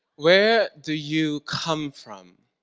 where do you come from